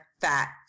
fat